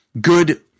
good